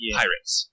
pirates